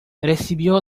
recibió